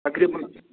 تقریٖبَن